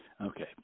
Okay